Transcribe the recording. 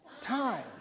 time